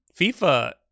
FIFA